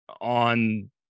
on